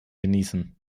genießen